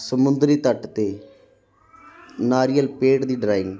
ਸਮੁੰਦਰੀ ਤੱਟ 'ਤੇ ਨਾਰੀਅਲ ਪੇੜ ਦੀ ਡਰਾਇੰਗ